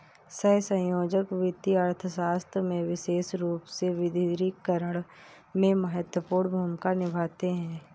सहसंयोजक वित्तीय अर्थशास्त्र में विशेष रूप से विविधीकरण में महत्वपूर्ण भूमिका निभाते हैं